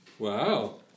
Wow